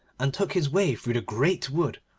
and took his way through the great wood,